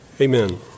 Amen